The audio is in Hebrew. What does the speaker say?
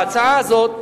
לפי ההצעה הזאת,